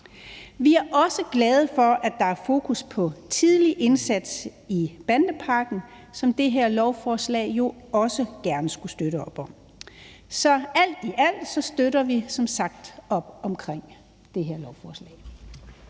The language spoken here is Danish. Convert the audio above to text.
Vi er også glade for, at der er fokus på tidlig indsats i bandepakken, som det her lovforslag jo også gerne skulle støtte op om. Så alt i alt støtter vi som sagt op omkring det her lovforslag.